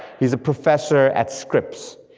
he's a professor at scripps,